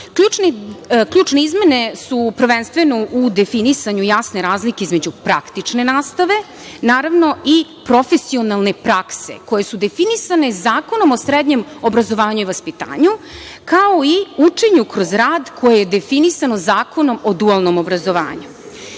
izmene su prvenstveno u definisanju jasne razlike između praktične nastave, naravno, i profesionalne prakse, koje su definisane Zakonom o srednjem obrazovanju i vaspitanju, kao i učenju kroz rad, koje je definisano Zakonom o dualnom obrazovanju. Još